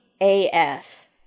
AF